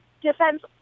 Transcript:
defense